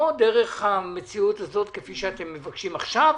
או דרך המציאות הזאת כפי שאתם מבקשים עכשיו,